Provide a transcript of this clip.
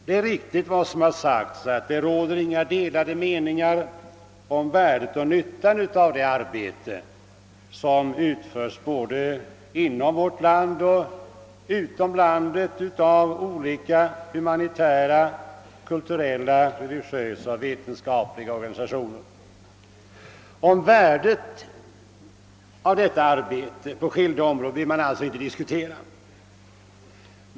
Det är riktigt som har sagts att det inte råder några delade meningar om värdet och nyttan av det arbete, som utförs både inom och utom vårt land av olika humanitära, kulturella, religiösa och vetenskapliga organisationer. Om värdet av detta arbete på skilda områden behöver man alltså inte diskutera.